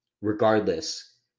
regardless